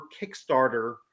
Kickstarter